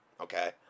Okay